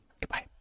goodbye